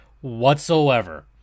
whatsoever